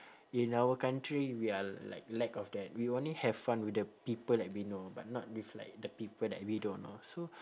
in our country we are like lack of that we only have fun with the people that we know but not with like the people that we don't know so